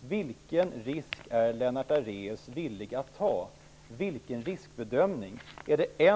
Vilken risk är Lennart Daléus villig att ta? Vilken riskbedömning är det fråga om?